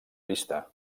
vista